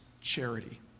charity